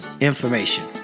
information